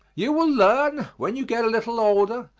you will learn, when you get a little older,